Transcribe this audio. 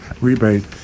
rebate